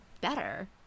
better